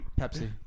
Pepsi